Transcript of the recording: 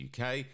UK